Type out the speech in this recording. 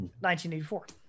1984